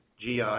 GI